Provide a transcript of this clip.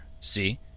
See